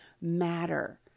matter